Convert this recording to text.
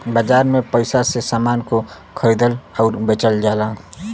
बाजार में पइसा से समान को खरीदल आउर बेचल जाला